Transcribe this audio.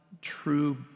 true